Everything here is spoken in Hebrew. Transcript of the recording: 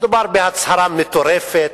מדובר בהצהרה מטורפת,